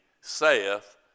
saith